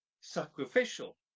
sacrificial